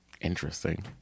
Interesting